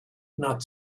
not